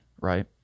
Right